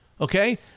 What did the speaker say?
Okay